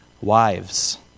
Wives